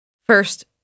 First